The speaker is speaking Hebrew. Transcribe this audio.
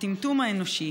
הטמטום האנושי,